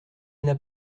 n’a